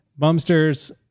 Bumsters